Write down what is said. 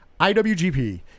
IWGP